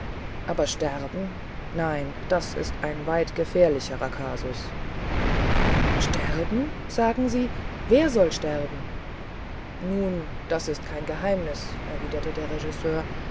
aber sterben nein das ist ein weit gefährlicherer kasus sterben sagen sie wer soll sterben nun das ist kein geheimnis erwiderte der